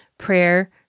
prayer